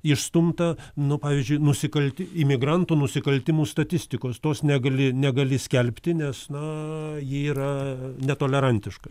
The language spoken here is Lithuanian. išstumta nu pavyzdžiui nusikalti imigrantų nusikaltimų statistikos tos negali negali skelbti nes na ji yra netolerantiška